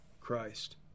Christ